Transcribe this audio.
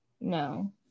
No